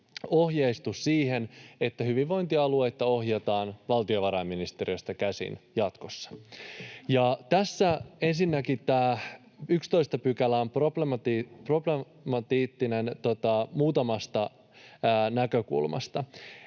ohjeistus siihen, että hyvinvointialueita ohjataan valtiovarainministeriöstä käsin jatkossa. Tässä ensinnäkin tämä 11 § on problemaattinen muutamasta näkökulmasta: